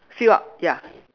fill up ya